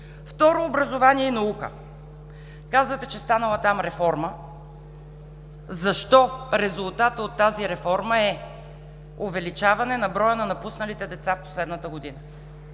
Второ – образование и наука. Казвате, че там станала реформа. Защо резултатът от тази реформа е увеличаване броя на напусналите деца в последната година,